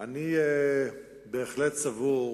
אני בהחלט סבור